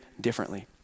differently